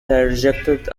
rejected